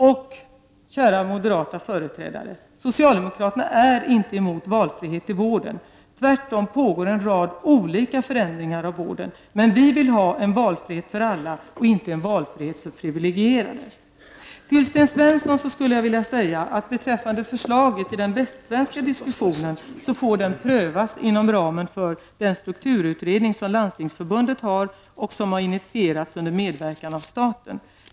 Och, kära moderata företrädare, socialdemokraterna är inte emot valfrihet i vården. Tvärtom pågår en rad olika förändringar av vården. Men vi vill ha en valfrihet för alla och inte en valfrihet för privilegierade. Till Sten Svensson vill jag säga att förslaget i den västsvenska diskussionen får prövas inom ramen för den strukturutredning som Landstingsförbundet har och som har initierats under medverkan av staten.